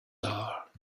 are